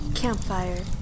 Campfire